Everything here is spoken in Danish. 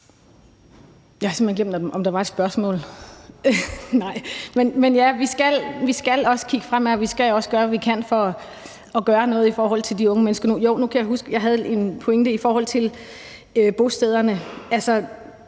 Jeg har simpelt hen glemt, om der var et spørgsmål. Men ja, vi skal også kigge fremad, og vi skal også gøre, hvad vi kan, for at gøre noget i forhold til de unge mennesker. Jo, nu kan jeg huske det. Jeg havde en pointe i forhold til bostederne.